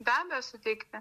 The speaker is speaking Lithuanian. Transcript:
be abejo suteikti